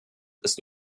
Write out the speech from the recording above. ist